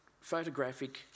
photographic